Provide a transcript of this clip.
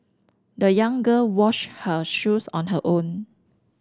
the young girl washed her shoes on her own